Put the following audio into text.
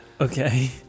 okay